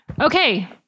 Okay